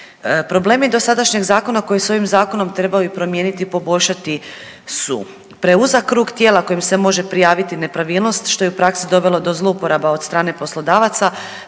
Problem je dosadašnjeg zakona koji se ovim zakonom trebao i promijeniti i poboljšati su preuzak krug tijela kojim se može prijaviti nepravilnost, što je u praksi doveli do zlouporaba od strane poslodavaca,